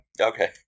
Okay